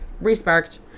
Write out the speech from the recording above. re-sparked